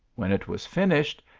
when it was finished,